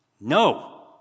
no